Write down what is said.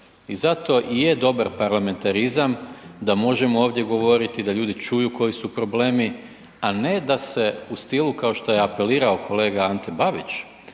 I zato je dobar parlamentarizam da možemo ovdje govoriti, da ljudi čuju koji su problemi, a ne da se u stilu kao što je apelirao kolega Ante Babić